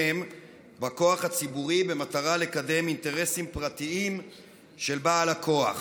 בכוח הציבורי במטרה לקדם אינטרסים פרטיים של בעל הכוח.